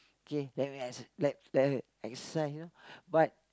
okay then we exer~ like like exercise you know but